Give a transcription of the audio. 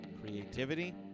creativity